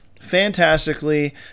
fantastically